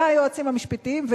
והיועצים המשפטיים,